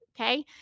okay